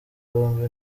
bombi